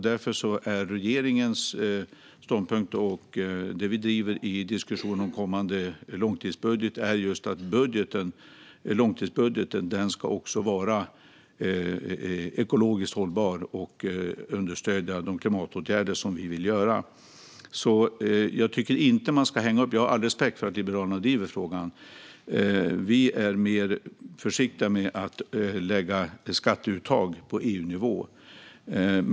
Därför är regeringens ståndpunkt och det vi driver i diskussioner om kommande långtidsbudget just att långtidsbudgeten ska vara ekologiskt hållbar och understödja de klimatåtgärder som vi vill vidta. Jag har all respekt för att Liberalerna driver frågan. Vi är mer försiktiga med att lägga skatteuttag på EU-nivå.